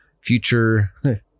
future